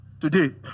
today